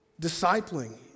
discipling